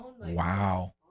Wow